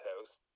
house